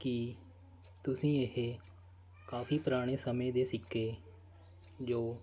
ਕਿ ਤੁਸੀਂ ਇਹ ਕਾਫੀ ਪੁਰਾਣੇ ਸਮੇਂ ਦੇ ਸਿੱਕੇ ਜੋ